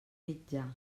mitjà